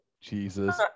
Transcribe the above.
Jesus